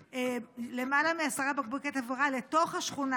למעלה מעשרה בקבוקי תבערה לתוך השכונה